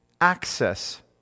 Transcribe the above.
access